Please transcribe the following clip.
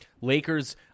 Lakers